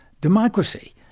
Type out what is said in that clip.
democracy